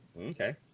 Okay